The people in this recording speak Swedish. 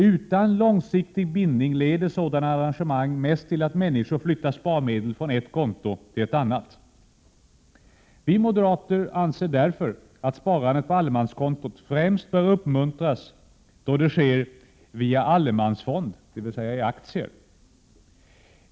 Utan långsiktig bindning leder sådana arrangemang mest till att människor flyttar sparmedel från ett konto till ett annat. Vi moderater anser därför att sparandet på allemanskontot främst bör uppmuntras då det sker via allemansfond, dvs. i aktier.